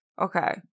okay